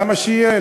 למה שיהיה?